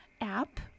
app